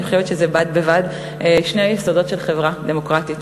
ואני חושבת שבד בבד אלה שני היסודות של חברה דמוקרטית.